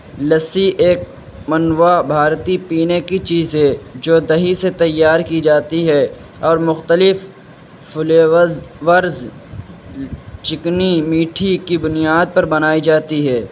لسی ایک منوا بھارتی پینے کی چیز ہے جو دہی سے تیار کی جاتی ہے اور مختلف فلیوز ورز چکنی میٹھی کی بنیاد پر بنائی جاتی ہے